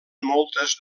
moltes